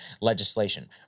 legislation